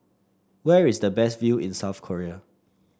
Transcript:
where is the best view in South Korea